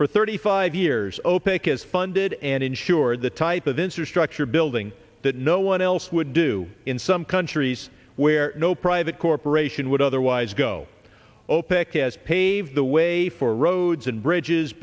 for thirty five years opaque is funded and insured the type of interest trucks you're building that no one else would do in some countries where no private corporation would otherwise go opec is pave the way for roads and bridges